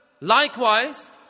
Likewise